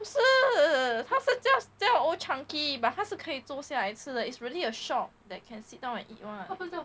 不是它是叫叫 old chang kee but 它是可以坐下吃的 it's really a shop that can sit down and eat [one]